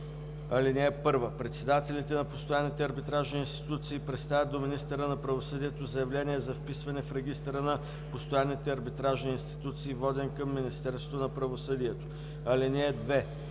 „§ 3а. (1) Председателите на постоянните арбитражни институции представят до министъра на правосъдието заявление за вписване в регистъра на постоянните арбитражни институции, воден към Министерството на правосъдието. (2)